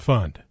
Fund